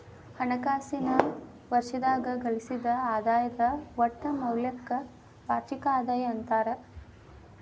ಹಣಕಾಸಿನ್ ವರ್ಷದಾಗ ಗಳಿಸಿದ್ ಆದಾಯದ್ ಒಟ್ಟ ಮೌಲ್ಯಕ್ಕ ವಾರ್ಷಿಕ ಆದಾಯ ಅಂತಾರ